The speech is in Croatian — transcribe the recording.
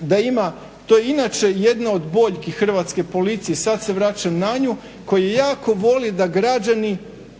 da ima, to je inače jedna od boljki Hrvatske policije, sad se vraćam na nju koji jako voli da građani